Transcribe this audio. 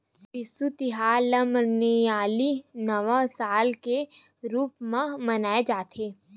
बिसु तिहार ल मलयाली नवा साल के रूप म मनाए जाथे